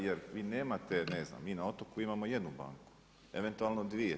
Jer vi nemate, ne znam mi na otoku imamo jednu banku, eventualno dvije.